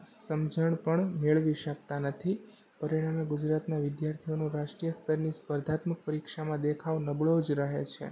સમજણ પણ મેળવી શકતા નથી પરિણામે ગુજરાતના વિદ્યાર્થીઓનું રાષ્ટ્રીય સ્તરની સ્પર્ધાત્મક પરીક્ષામાં દેખાવ નબળો જ રહે છે